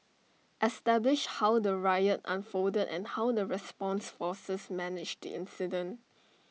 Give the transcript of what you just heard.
establish how the riot unfolded and how the response forces managed the incident